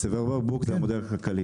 צוואר הבקבוק זה המודל הכלכלי.